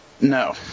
No